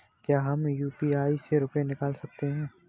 क्या हम यू.पी.आई से रुपये निकाल सकते हैं?